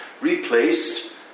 replaced